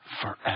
Forever